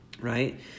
right